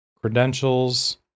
credentials